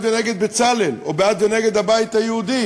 ונגד בצלאל או בעד ונגד הבית היהודי,